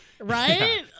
right